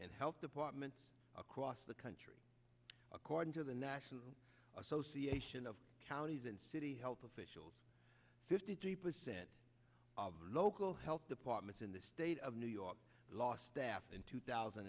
and health departments across the country according to the national association of counties and city health officials fifty three percent of local health departments in the state of new york last staff in two thousand